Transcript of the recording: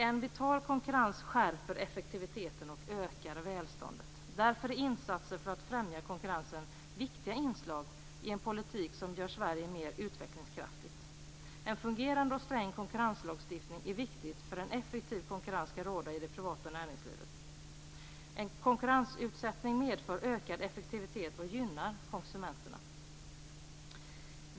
En vital konkurrens skärper effektiviteten och ökar välståndet. Därför är insatser för att främja konkurrensen viktiga inslag i en politik som gör Sverige mer utvecklingskraftigt. En fungerande och sträng konkurrenslagstiftning är viktig för att en effektiv konkurrens skall råda i det privata näringslivet. Konkurrensutsättning medför ökad effektivitet och gynnar konsumenterna.